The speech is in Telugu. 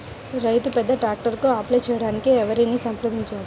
రైతు పెద్ద ట్రాక్టర్కు అప్లై చేయడానికి ఎవరిని సంప్రదించాలి?